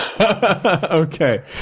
Okay